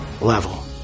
level